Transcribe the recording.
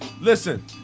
Listen